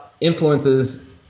influences